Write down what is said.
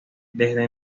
desde